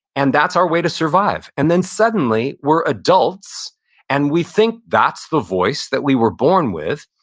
and that's our way to survive and then suddenly we're adults and we think that's the voice that we were born with,